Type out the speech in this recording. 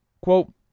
quote